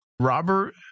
Robert